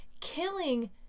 killing